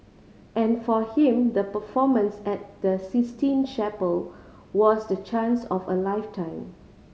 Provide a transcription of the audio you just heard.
and for him the performance at the Sistine Chapel was the chance of a lifetime